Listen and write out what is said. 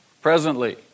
Presently